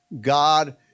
God